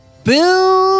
Boom